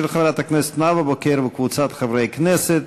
של חברת הכנסת נאוה בוקר וקבוצת חברי הכנסת.